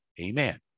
amen